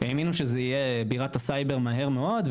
האמינו שזו תהיה בירת הסייבר מהר מאוד,